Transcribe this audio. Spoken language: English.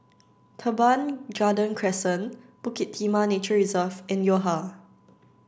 Teban Garden Crescent Bukit Timah Nature Reserve and Yo Ha